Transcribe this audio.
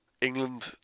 England